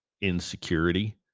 insecurity